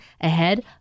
ahead